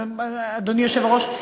אדוני היושב-ראש,